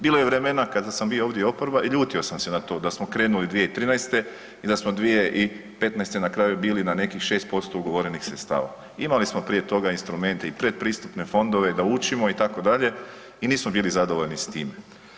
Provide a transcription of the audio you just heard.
Bilo je vremena kada sam bio ovdje oporba i ljutio sam se na to da smo krenuli 2013. i da smo 2015. na kraju bili na nekih 6% ugovorenih sredstava. imali smo prije toga instrumente i pretpristupne fondove da učimo itd. i nismo bili zadovoljni s tim.